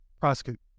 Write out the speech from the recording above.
prosecute